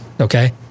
Okay